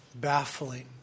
baffling